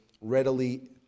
readily